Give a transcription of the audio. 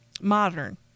modern